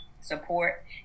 support